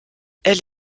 elle